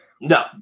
No